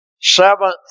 seventh